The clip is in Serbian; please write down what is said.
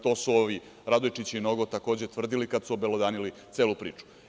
To su ovi Radojčić i Nogo takođe tvrdili, kad su obelodanili celu priču.